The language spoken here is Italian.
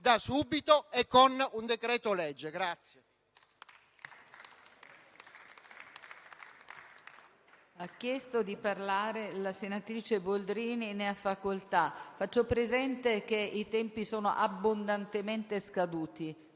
da subito e con un decreto-legge.